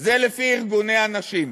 זה לפי ארגוני הנשים.